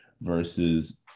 versus